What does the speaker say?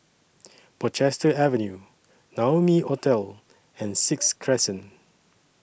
Portchester Avenue Naumi Hotel and Sixth Crescent